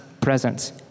presence